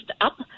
up